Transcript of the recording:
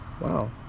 Wow